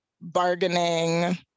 bargaining